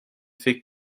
fais